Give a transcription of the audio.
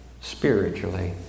spiritually